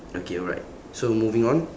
okay alright so moving on